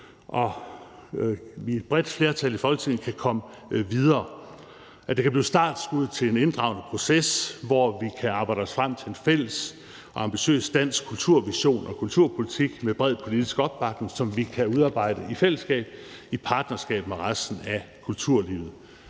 vi i et bredt flertal i Folketinget kan komme videre, og at det kan blive startskuddet til en inddragende proces, hvor vi kan arbejde os frem til en fælles og ambitiøs dansk kulturvision og kulturpolitik med bred politisk opbakning, som vi kan udarbejde i fællesskab og i et partnerskab med resten af kulturlivet.